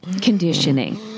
conditioning